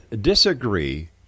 disagree